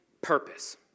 purpose